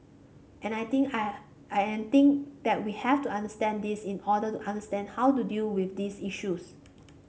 and I think I and I think that we have to understand this in order to understand how to deal with these issues